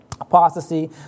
apostasy